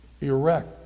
erect